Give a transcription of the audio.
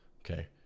Okay